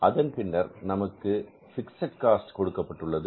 அதன் பின்னர் நமக்கு பிக்ஸட் காஸ்ட் கொடுக்கப்பட்டுள்ளது